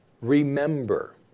remember